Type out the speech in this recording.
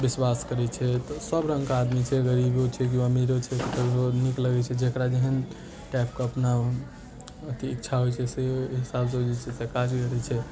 विश्वास करै छथि सब रङ्गके आदमी छै गरीबो छै केओ अमीरो छै ककरो नीक लगै छै जकरा जेहन टाइपके अपन अथी इच्छा होइ छै से ओइ हिसाबसँ जे छै से काज करै छै